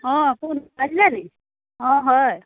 অঁ কোন অঁ হয়